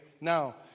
Now